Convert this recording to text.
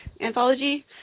anthology